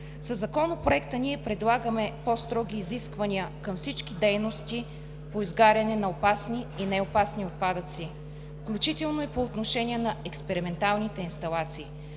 Със Законопроекта ние предлагаме по-строги изисквания към всички дейности по изгаряне на опасни и неопасни отпадъци, включително и по отношение на експерименталните инсталации.